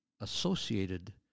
associated